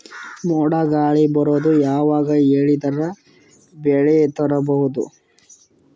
ಮೋಡ ಗಾಳಿ ಬರೋದು ಯಾವಾಗ ಹೇಳಿದರ ಬೆಳೆ ತುರಬಹುದು?